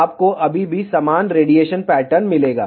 आपको अभी भी समान रेडिएशन पैटर्न मिलेगा